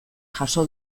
jaso